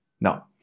Now